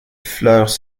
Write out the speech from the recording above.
fleurs